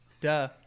Duh